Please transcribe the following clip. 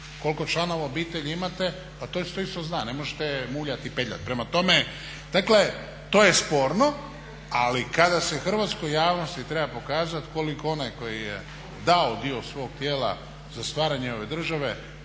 koliko članova obitelji imate, a to se isto zna. Ne možete muljati i petljati. Prema tome, dakle to je sporno. Ali kada se hrvatskoj javnosti treba pokazati koliko onaj koji je dao dio svog tijela za stvaranje ove države